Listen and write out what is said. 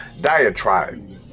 diatribe